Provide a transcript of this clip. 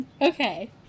Okay